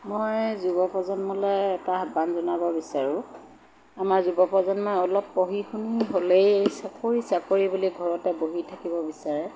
মই যুৱ প্ৰজন্মলৈ এটা আহ্বান জনাব বিচাৰোঁ আমাৰ যুৱ প্ৰজন্মই অলপ পঢ়ি শুনি হ'লেই চাকৰি চাকৰি বুলি ঘৰতে বহি থাকিব বিচাৰে